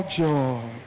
joy